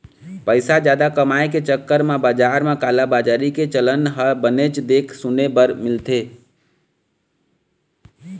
पइसा जादा कमाए के चक्कर म बजार म कालाबजारी के चलन ह बनेच देखे सुने बर मिलथे